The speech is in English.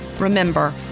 Remember